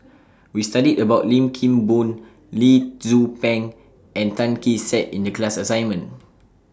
We studied about Lim Kim Boon Lee Tzu Pheng and Tan Kee Sek in The class assignment